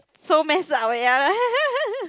so messed up eh ya